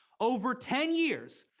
over ten years,